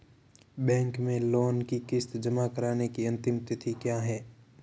Bank में loan की किश्त जमा कराने की अंतिम तिथि क्या है?